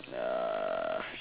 uh